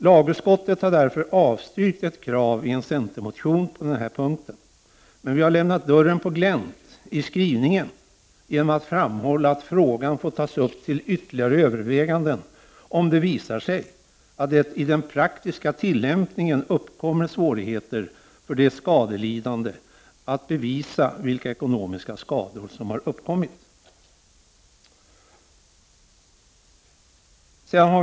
Lagutskottet har därför avstyrkt ett krav i en centermotion på den här punkten, men vi har lämnat dörren på glänt i skrivningen genom att framhålla att frågan får tas upp till ytterligare överväganden om det visar sig att det i den praktiska tillämpningen uppkommer svårigheter för de skadelidande att bevisa vilka ekonomiska skador som har uppkommit.